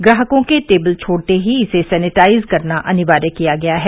ग्राहकों के टेबल छोड़ते ही इसे सेनिटाइज करना अनिवार्य किया गया है